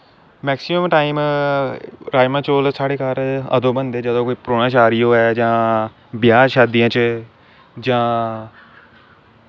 maximum time rajma चौल साढ़े घर अदूं बनदे जदूं कोई परौह्नचारी होऐ जां ब्य़ाह् शादियैं च जां